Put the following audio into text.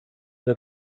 der